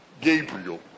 Gabriel